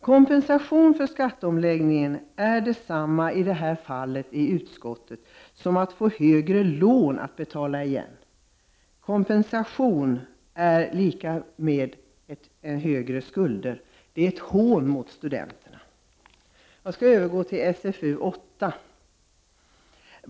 Kompensation för skatteomläggningen är i utskottet i detta fall detsamma som att få högre lån att betala igen. Kompensation är lika med högre skulder. Det är ett hån mot studenterna. Jag skall övergå till SfU8.